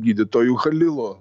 gydytoju halilu